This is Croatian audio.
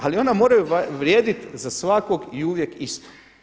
Ali ona moraju vrijedit za svakog i uvijek isto.